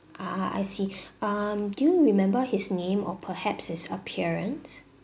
ah I see um do you remember his name or perhaps his appearance